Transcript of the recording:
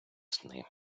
сни